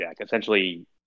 essentially